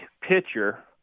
pitcher